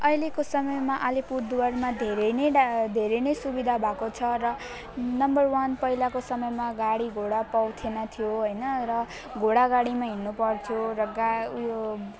अहिलेको समयमा आलिपुरद्वारमा धेरै नै डा धेरै नै सुविधा भएको छ र नम्बर वन पहिलाको समयमा गाडीघोडा पाउँदैनथियो हैन र घोडागाडीमा हिँड्नुपर्थ्यो र गा ऊ यो